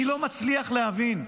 אני לא מצליח להבין.